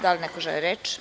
Da li neko želi reč?